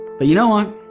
but you know what?